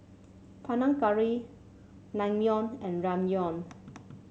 Panang Curry Naengmyeon and Ramyeon